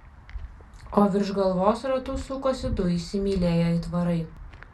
o virš galvos ratu sukosi du įsimylėję aitvarai